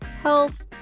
health